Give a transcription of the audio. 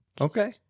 okay